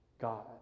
God